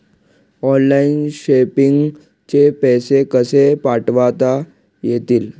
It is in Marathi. ऑनलाइन शॉपिंग चे पैसे कसे पाठवता येतील?